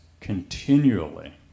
continually